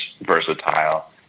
versatile